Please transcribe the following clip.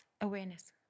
awareness